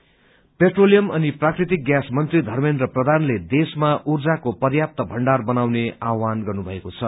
oil price petroleum अनि प्रकृतिक gas मंत्री धंमेन्द्र प्रधानले देशमा ऊर्जाको पर्याप्त भण्डार बनाउने आव्हान गर्नुभएको छ